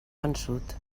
vençut